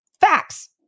Facts